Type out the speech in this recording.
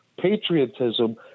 patriotism